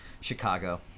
Chicago